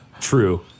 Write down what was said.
true